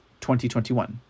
2021